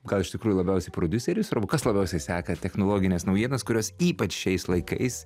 gal iš tikrųjų labiausiai prodiuseriui svarbu kas labiausiai seka technologines naujienas kurios ypač šiais laikais